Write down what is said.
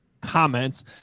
comments